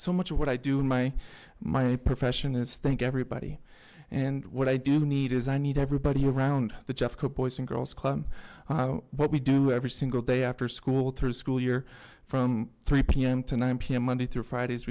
so much what i do my my profession is thank everybody and what i do need is i need everybody around the jeffco boys and girls club what we do every single day after school through school year from three pm to nine pm monday through friday